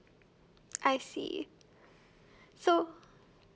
I see so